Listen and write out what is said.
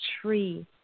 tree